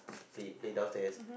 play play downstairs